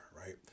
right